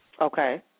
Okay